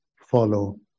follow